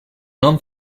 nom